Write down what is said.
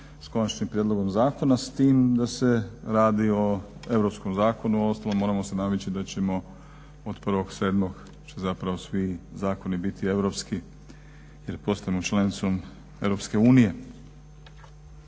s konačnim prijedlogom zakona s tim da se radi o europskom zakonu, uostalom moramo se navići da ćemo od 1.07. zapravo svi zakoni biti europski jer postajemo članicom EU.